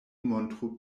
montru